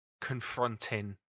confronting